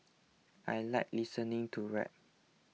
I like listening to rap